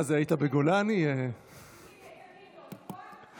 הינה, תגיד לו, נכון?